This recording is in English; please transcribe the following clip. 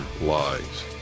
lies